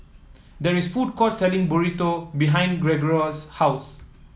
there is a food court selling Burrito behind Gregorio's house